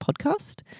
Podcast